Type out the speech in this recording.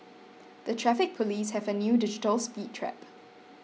the Traffic Police have a new digital speed trap